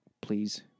Please